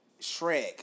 Shrek